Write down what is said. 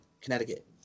Connecticut